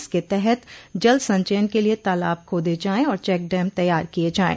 इसके तहत जल संचयन के लिये तालाब खोदे जाये और चेक डैम तैयार किये जाये